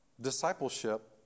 discipleship